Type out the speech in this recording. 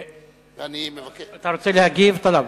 אתה רוצה להגיב, טלב?